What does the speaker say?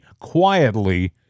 quietly